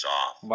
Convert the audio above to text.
off